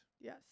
yes